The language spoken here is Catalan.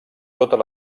totes